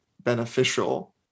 beneficial